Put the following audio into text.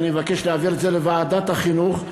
אני מבקש להעביר את זה לוועדת החינוך,